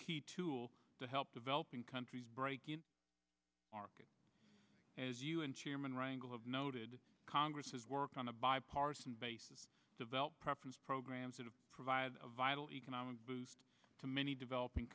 key tool to help developing countries break market as you and chairman rangle have noted congress has worked on a bipartisan basis developed preference programs to provide a vital economic boost to many developing